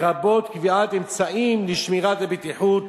לרבות קביעת אמצעים לשמירת הבטיחות